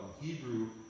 Hebrew